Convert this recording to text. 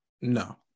No